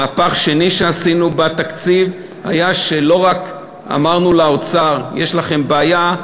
מהפך שני שעשינו בתקציב היה שלא רק אמרנו לאוצר: יש לכם בעיה,